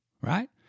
right